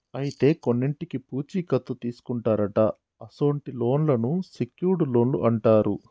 అయితే కొన్నింటికి పూచీ కత్తు తీసుకుంటారట అసొంటి లోన్లను సెక్యూర్ట్ లోన్లు అంటారు